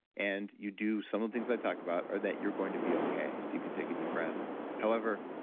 and you do some of the things i talk about, are that you're going to be okay, so you can take a deep breath however,